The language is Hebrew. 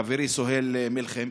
חברי סוהיל מלחם,